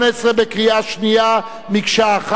18) בקריאה שנייה, כמקשה אחת.